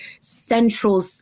central